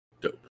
Dope